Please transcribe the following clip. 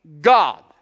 God